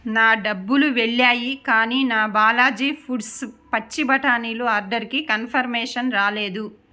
నా డబ్బులు వెళ్ళాయి కానీ నా బాలాజీ ఫుడ్స్ పచ్చి బఠానీలు ఆర్డర్కి కన్ఫర్మేషన్ రాలేదు